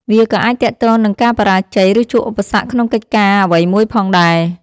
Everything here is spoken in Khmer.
វាក៏អាចទាក់ទងនឹងការបរាជ័យ ឬជួបឧបសគ្គក្នុងកិច្ចការងារអ្វីមួយផងដែរ។